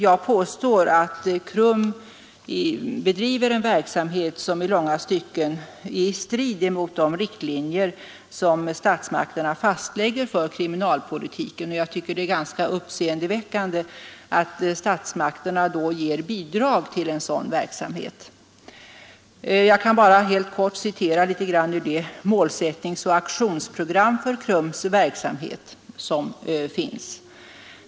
Jag påstår att KRUM bedriver en verksamhet som i långa stycken är i strid mot de riktlinjer som statsmakterna fastlägger för kriminalpolitiken. Det är ganska uppseendeväckande att statsmakterna då ger bidrag till en sådan verksamhet. Jag kan bara helt kort citera litet ur det målsättningsoch aktionsprogram för KRUM:s verksamhet som finns.